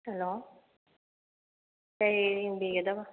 hello ꯀꯩ ꯌꯦꯡꯕꯤꯒꯗꯕ